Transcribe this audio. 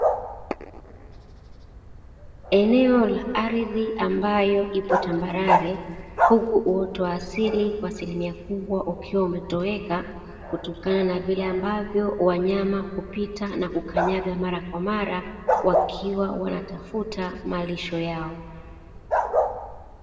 Eneo la ardhi ambayo ipo tambarare huku uoto wa asili kwa asilimia kubwa ukiwa umetoweka kutokana na vile ambavyo wanyama hupita na kukanyaga mala kwa mala wakiwa wanatafuta malisho yao.